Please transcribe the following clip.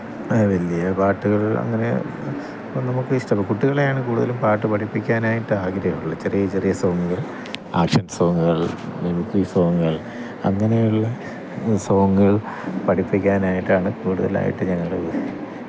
വലിയ പാട്ടുകള് അങ്ങനെ ഇപ്പം നമ്മക്കിഷ്ടം കുട്ടികളെയാണ് കൂടുതലും പാട്ടു പഠിപ്പിക്കാനായിട്ട് ആഗ്രഹമുള്ളൂ ചെറിയ ചെറിയ സോങ്ങുകള് ആക്ഷന് സോങ്ങുകള് മിമിക്രി സോങ്ങുകള് അങ്ങനെയുള്ള സോങ്ങുകള് പഠിപ്പിക്കാനായിട്ടാണ് കൂടുതലായിട്ട് ഞങ്ങൾ